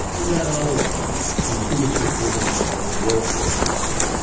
we ran another one once, on the biggest reform of the welfare system.